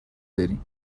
داری